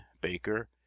Baker